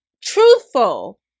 truthful